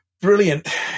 brilliant